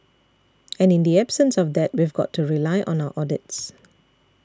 and in the absence of that we've got to rely on our audits